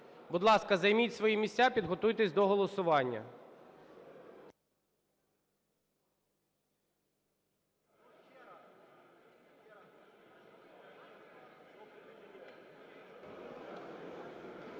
Будь ласка, займіть свої місця, підготуйтеся до голосування.